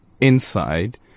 inside